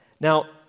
Now